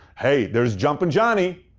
hey, there's jumpin' johnny!